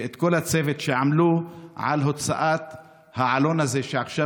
ואת כל הצוות שעמלו על הוצאת העלון הזה שעכשיו